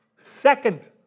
Second